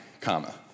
comma